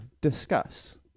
Discuss